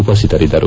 ಉಪಸ್ವಿತರಿದ್ದರು